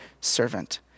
servant